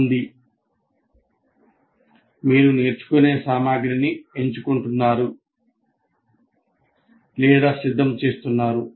కాబట్టి మీరు నేర్చుకునే సామగ్రిని ఎంచుకుంటున్నారు లేదా సిద్ధం చేస్తున్నారు